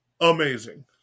amazing